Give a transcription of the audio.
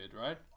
right